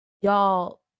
y'all